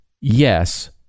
yes